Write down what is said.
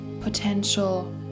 potential